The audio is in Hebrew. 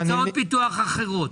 הוצאות פיתוח אחרות.